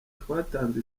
twatanze